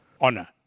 Honor